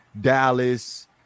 Dallas